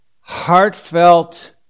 Heartfelt